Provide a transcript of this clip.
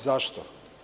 Zašto?